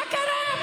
מה קרה לכם?